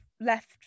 left